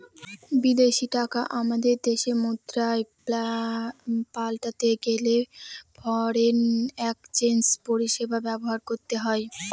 বিদেশী টাকা আমাদের দেশের মুদ্রায় পাল্টাতে গেলে ফরেন এক্সচেঞ্জ পরিষেবা ব্যবহার করতে হয়